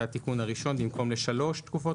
זה התיקון הראשון במקום לשלוש תקופות